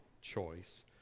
choice